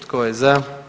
Tko je za?